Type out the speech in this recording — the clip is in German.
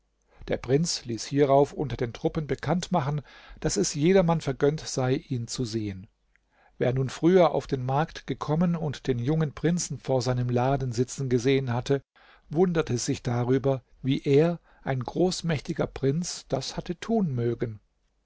der prinz ließ hierauf unter den truppen bekanntmachen daß es jedermann vergönnt sei ihn zu sehen wer nun früher auf den markt gekommen und den jungen prinzen vor seinem laden sitzen gesehen hatte wunderte sich darüber wie er ein großmächtiger prinz das hatte tun mögen